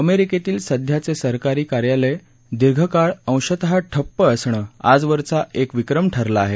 अमेरिकेतील सध्याचे सरकारी कार्यालये दीर्घकाळ अंशतः ठप्प असणं आजवरचा एक विक्रम ठरला आहे